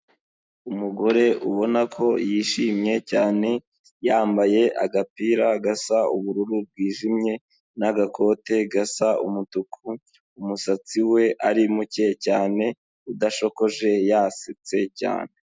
Umugore ubona ko yishimye cyane yambaye agapira gasa ubururu bwijimye n'agakote gasa umutuku umusatsi we ari muke cyane udashokoje yasetse cyane.